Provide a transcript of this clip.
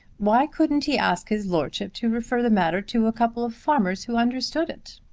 why couldn't he ask his lordship to refer the matter to a couple of farmers who understood it?